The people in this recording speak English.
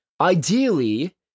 ideally